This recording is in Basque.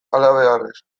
halabeharrez